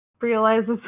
realizes